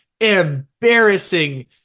embarrassing